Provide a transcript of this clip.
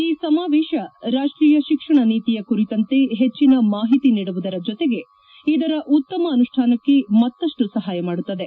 ಈ ಸಮಾವೇಶ ರಾಷ್ಷೀಯ ಶಿಕ್ಷಣ ನೀತಿಯ ಕುರಿತಂತೆ ಹೆಚ್ಚಿನ ಮಾಹಿತಿ ನೀಡುವುದರ ಜೊತಗೆ ಇದರ ಉತ್ತಮ ಅನುಷ್ಠಾನಕ್ಷೆ ಮತ್ತಷ್ಟು ಸಹಾಯ ಮಾಡುತ್ತದೆ